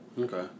Okay